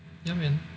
ya man